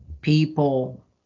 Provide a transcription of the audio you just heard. people